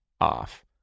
off